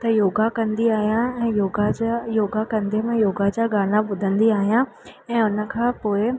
त योगा कंदी आहियां ऐं योगा जा योगा कंदे मां योगा जा गाना ॿुधंदी आहियां ऐं उन खां पोएं